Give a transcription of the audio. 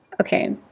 Okay